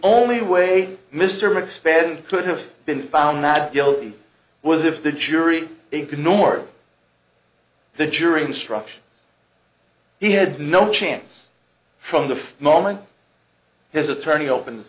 only way mr mid span could have been found not guilty was if the jury big nor the jury instruction he had no chance from the moment his attorney open